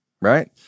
right